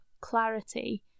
clarity